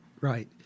Right